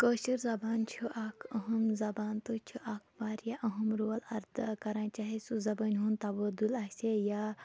کٲشِر زبان چھِ اَکھ أہم زبان تہٕ چھِ اَکھ واریاہ أہم رول اَدا کَران چاہے سُہ زبٲنہِ ہُنٛد تبادُل آسہِ ہَے یا